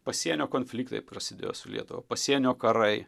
pasienio konfliktai prasidėjo su lietuva pasienio karai